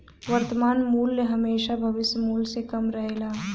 वर्तमान मूल्य हेमशा भविष्य मूल्य से कम रहेला